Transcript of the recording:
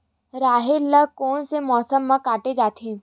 राहेर ल कोन से मौसम म काटे जाथे?